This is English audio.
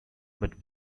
but